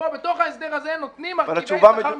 בתוך ההסדר הזה נותנים מרכיבי שכר מסוימים.